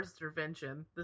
intervention